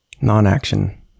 Non-action